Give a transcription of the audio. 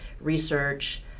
research